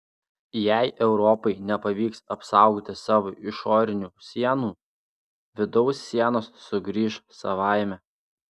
jei europai nepavyks apsaugoti savo išorinių sienų vidaus sienos sugrįš savaime